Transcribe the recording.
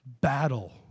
battle